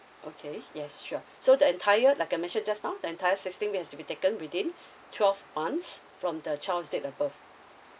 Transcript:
okay yes sure so the entire like I mentioned just now the entire sixteen weeks has to be taken within twelve months from the child's date of birth